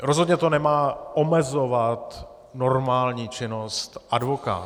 Rozhodně to nemá omezovat normální činnost advokátů.